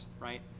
right